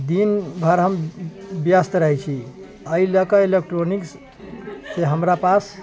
दिनभरि हम व्यस्त रहै छी अइ लअ कऽ इलेक्ट्रॉनिक्स सँ हमरा पास